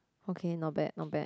okay not bad not bad